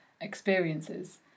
experiences